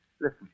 Listen